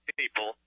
people